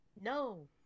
No